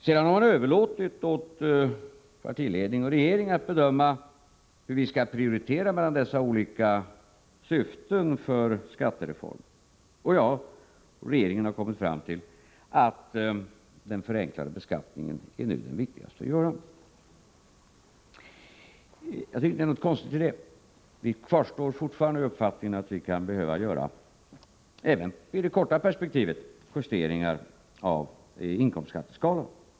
Sedan har det överlåtits åt partiledning och regering att bedöma hur vi skall prioritera bland dessa olika syften när det gäller skattereformen, och jag och regeringen har kommit fram till att det nu är viktigast att förenkla beskattningen. Jag tycker inte att det är någonting konstigt i detta. Vi har fortfarande uppfattningen att man även i det korta perspektivet kan behöva göra justeringar av inkomstskatteskalorna.